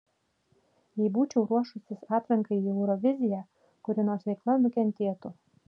jei būčiau ruošusis atrankai į euroviziją kuri nors veikla nukentėtų